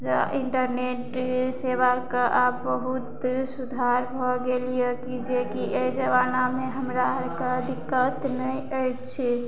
internet सेवाके आब बहुत सुधार भऽ गेल यऽ कि जेकि एहि जमानामे हमरा आरके दिक्कत नहि अछि